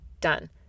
Done